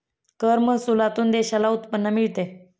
कर महसुलातून देशाला उत्पन्न मिळते